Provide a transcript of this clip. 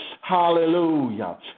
Hallelujah